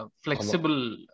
flexible